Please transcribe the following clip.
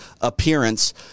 appearance